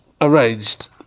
arranged